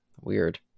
Weird